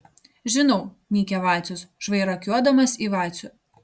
žinau mykia vacius žvairakiuodamas į vacių